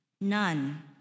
None